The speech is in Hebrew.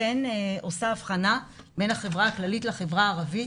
אני עושה הבחנה בין החברה הכללית לחברה הערבית,